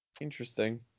interesting